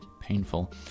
painful